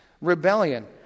Rebellion